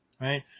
right